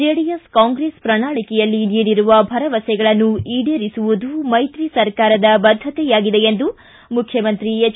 JDS Congress ಪ್ರಣಾಳಿಕೆಯಲ್ಲಿ ನೀಡಿರುವ ಭರವಸೆಗಳನ್ನು ಈಡೇರಿಸುವುದು ಮೈತ್ರಿ ಸರ್ಕಾರದ ಬದ್ಧತೆಯಾಗಿದೆ ಎಂದು ಮುಖ್ಯಮಂತ್ರಿ ಎಚ್